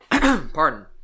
Pardon